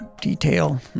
detail